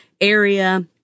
area